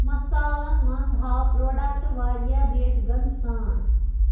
مصالن مَنٛز ہاو پرٛوڈکٹ واریاہ ریٹگن سان